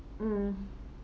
mm